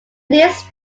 this